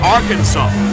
Arkansas